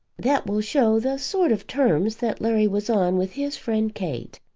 that will show the sort of terms that larry was on with his friend kate.